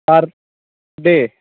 আর বেশ